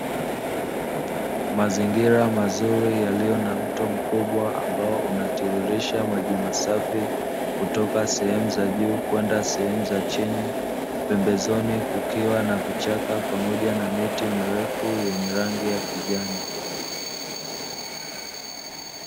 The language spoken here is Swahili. Mazingira mazuri yaliyo na mto mkubwa ambao unaotirirsha maji masafi, kutoka sehemu za juu kwenda sehemu za chini, pembezoni kukiwa na vichaka pamoja na miti mirefu yenye rangi ya kijani.